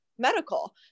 medical